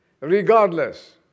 Regardless